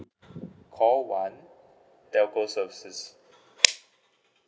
call one telco services